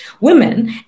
women